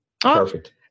Perfect